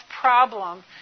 problem